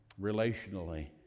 relationally